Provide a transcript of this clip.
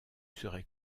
serais